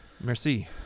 Merci